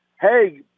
Hey